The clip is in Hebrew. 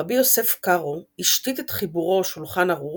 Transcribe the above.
רבי יוסף קארו, השתית את חיבורו "שולחן ערוך"